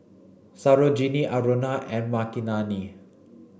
Sarojini Aruna and Makineni